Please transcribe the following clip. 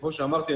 כמו שאמרתי,